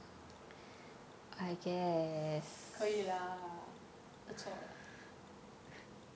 可以 lah 不错 lah